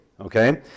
okay